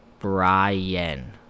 brian